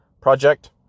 project